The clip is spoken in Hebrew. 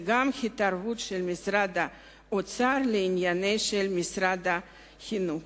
גם זה היה התערבות של משרד האוצר בעניינים של משרד החינוך.